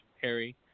Harry